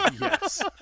Yes